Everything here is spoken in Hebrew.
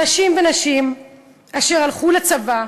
אנשים ונשים אשר הלכו לצבא,